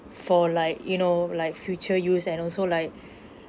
for like you know like future use and also like